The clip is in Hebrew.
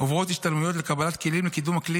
עוברות השתלמויות לקבלת כלים לקידום אקלים